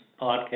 podcast